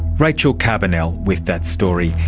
rachel carbonell with that story.